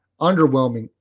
underwhelming